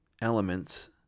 elements